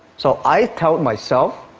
so i tell myself